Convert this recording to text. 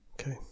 Okay